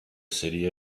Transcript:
city